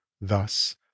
thus